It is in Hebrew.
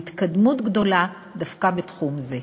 והתקדמות גדולה דווקא בתחום זה.